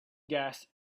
gas